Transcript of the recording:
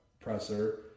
presser